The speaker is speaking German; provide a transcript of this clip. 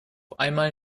einmal